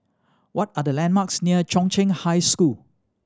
what are the landmarks near Chung Cheng High School